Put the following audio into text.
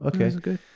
Okay